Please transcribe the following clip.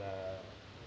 uh